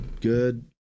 Good